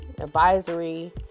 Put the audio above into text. advisory